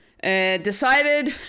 Decided